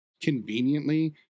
conveniently